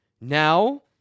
Now